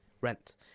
Rent